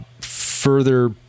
further